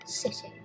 city